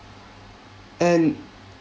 and